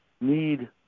need